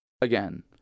Again